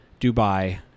Dubai